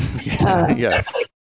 Yes